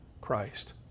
Christ